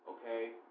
Okay